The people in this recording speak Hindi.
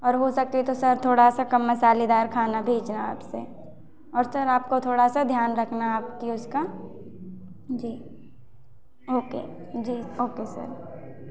और हो सके तो सर थोड़ा सा कम मसालेदार खाना भेजना अब से और सर आपको थोड़ा सा ध्यान रखना अब की से उसका जी ओके जी ओके सर